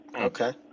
Okay